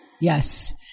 Yes